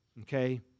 okay